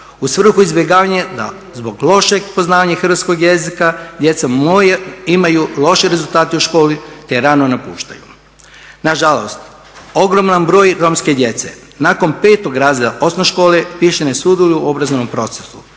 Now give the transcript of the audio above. U svrhu izbjegavanja da zbog lošeg poznavanja hrvatskog jezika djeca imaju loše rezultate u školi, te je rano napuštaju. Na žalost, ogroman broj romske djece nakon 5 razreda osnovne škole više ne sudjeluju u obrazovnom procesu